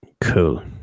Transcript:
Cool